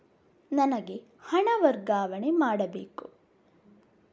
ನನಗೆ ಹಣ ವರ್ಗಾವಣೆ ಮಾಡಬೇಕು